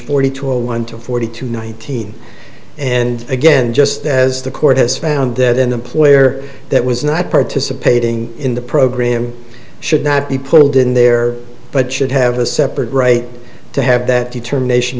forty two a one to forty two nineteen and again just as the court has found that in the player that was not participating in the program should not be pulled in there but should have a separate right to have that determination